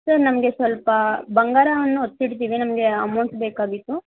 sir ನಮಗೆ ಸ್ವಲ್ಪ ಬಂಗಾರವನ್ನು ಒತ್ತೆ ಇಡ್ತೀವಿ ನಮಗೆ ಅಮೌಂಟ್ ಬೇಕಾಗಿತ್ತು